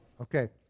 Okay